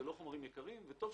וטוב שכך,